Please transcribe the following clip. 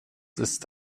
ist